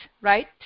right